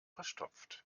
verstopft